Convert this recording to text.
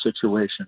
situation